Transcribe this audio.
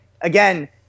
Again